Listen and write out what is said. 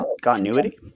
continuity